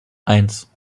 eins